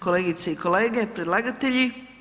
Kolegice i kolege, predlagatelji.